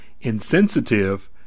insensitive